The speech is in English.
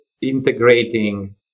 integrating